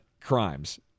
crimes